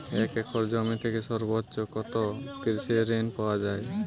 এক একর জমি থেকে সর্বোচ্চ কত কৃষিঋণ পাওয়া য়ায়?